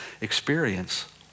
experience